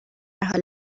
حال